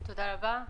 תודה רבה.